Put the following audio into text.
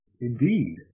Indeed